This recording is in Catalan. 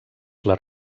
les